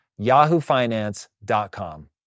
yahoofinance.com